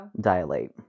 Dilate